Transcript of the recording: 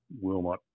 Wilmot